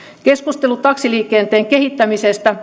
keskustelut taksiliikenteen kehittämisestä